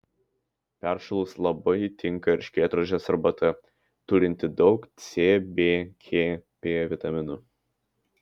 peršalus labai tinka erškėtrožės arbata turinti daug c b k p vitaminų